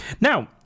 now